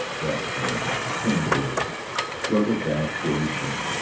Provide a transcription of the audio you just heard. babbitt moaned turned over struggled back toward his dream.